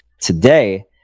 today